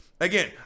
again